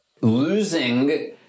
losing